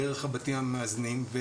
דרך הבתים המאזנים,